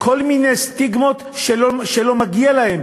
לו כל מיני סטיגמות שלא מגיעות לו.